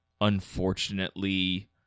unfortunately